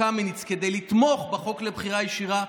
קמיניץ כדי לתמוך בחוק לבחירה ישירה,